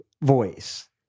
Voice